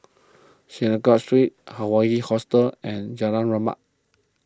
Synagogue Street Hawaii Hostel and Jalan Rahmat